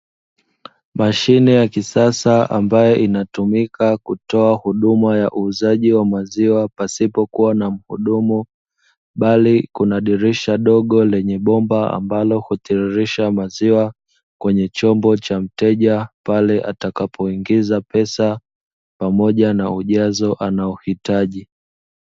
Mashine ya kisasa ambayo inatumika kutoa huduma ya uuzaji wa maziwa pasipokuwa na mhudumu, bali kuna dirisha dogo lenye bomba ambalo hutiririsha maziwa kwenye chombo cha mteja pale atakapoingiza pesa, pamoja na ujazo anaohitaji.